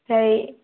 फ्राय